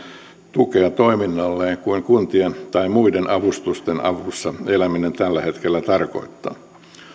tukea toiminnalleen kuin mitä kuntien tai muiden avustusten avulla eläminen tällä hetkellä tarkoittaa